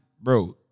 bro